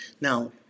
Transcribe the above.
now